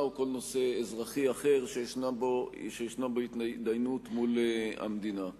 או כל נושא אזרחי אחר שיש בו התדיינות מול המדינה.